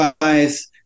guys